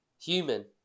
human